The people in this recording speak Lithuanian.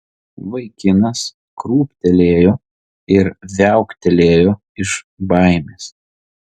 vaikinas krūptelėjo ir viauktelėjo iš baimės